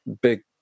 big